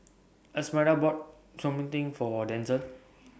Esmeralda bought For Denzel